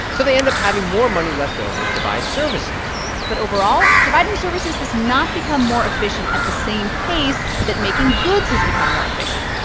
so they end up having more money left over to buy services but overall, providing services has not become more efficient at the same pace that making goods has become more efficient.